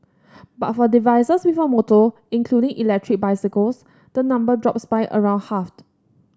but for devices with a motor including electric bicycles the number drops by around half